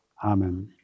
Amen